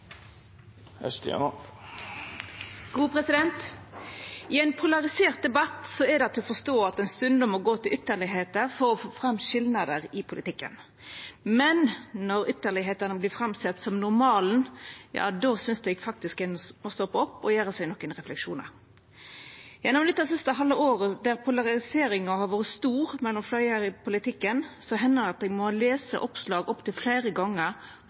gode lokalsamfunn i hele landet. I ein polarisert debatt er det til å forstå at ein stundom må gå til ytterlegheiter for å få fram skilnader i politikken. Men når ytterlegheitene vert sette fram som normalen, synest eg ein faktisk må stoppa opp og gjera seg nokre refleksjonar. Gjennom dette siste halve året, der polariseringa har vore stor mellom fløyar i politikken, har det hendt at eg har måtta lese oppslag opptil